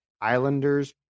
Islanders